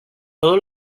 todos